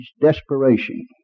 desperation